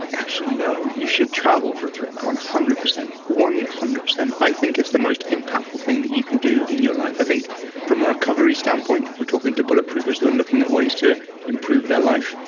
like actually, no, you should travel for three months one hundred percent. one hundred percent. i think it's the most impactful thing that you can do in your life. i think from a recovery standpoint, if we're talking to bulletproofers who are looking at ways to improve their life,